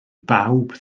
bawb